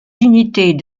unités